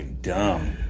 dumb